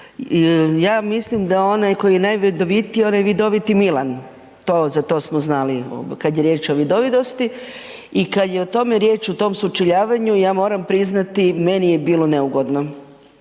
ja mislim da onaj koji je najvidovitiji je onaj vidoviti Milan, to, za to smo znali kad je riječ o vidovitosti i kad je o tome riječ o tom sučeljavanju ja moram priznati meni je bilo neugodno.